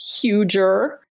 huger